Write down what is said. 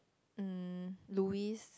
um Louise